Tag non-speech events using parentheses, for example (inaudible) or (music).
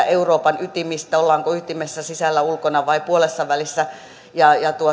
(unintelligible) euroopan ytimistä ollaanko ytimessä sisällä ulkona vai puolessavälissä